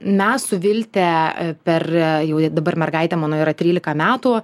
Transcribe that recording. mes su vilte per jau dabar mergaitė mano yra trylika metų